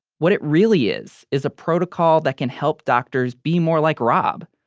what it really is is a protocol that can help doctors be more like rob,